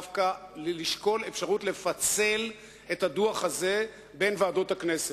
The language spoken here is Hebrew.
אני חושב שראוי דווקא לשקול אפשרות לפצל את הדוח הזה בין ועדות הכנסת,